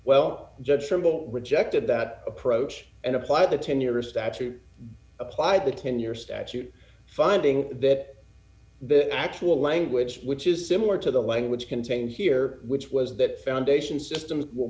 well judge from will rejected that approach and applied the tenure statute applied the ten year statute finding that the actual language which is similar to the language contained here which was that foundation systems will